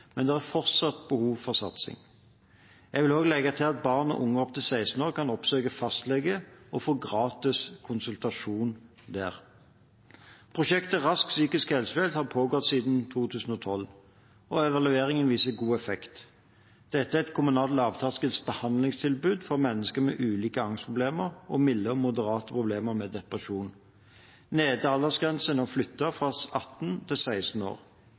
Men det er fortsatt behov for satsing. Jeg vil legge til at barn og unge opp til 16 år kan oppsøke fastlege og få gratis konsultasjon der. Prosjektet «Rask psykisk helsehjelp» har pågått siden 2012, og evalueringen viser god effekt. Dette er et kommunalt lavterskelbehandlingstilbud for mennesker med ulike angstproblemer og milde eller moderate problemer med depresjon. Nedre aldersgrense er nå flyttet fra 18 til 16 år.